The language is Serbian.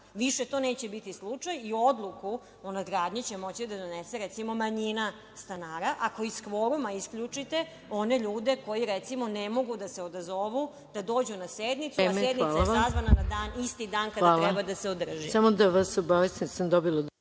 više neće biti slučaj i odluku o nadgradnji će moći da donese manjina stanara ako iz kvoruma isključite one ljude koji recimo ne mogu da se odazovu, da dođu na sednicu, a sednica je sazvana na isti dan kada treba da se održi.